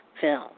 film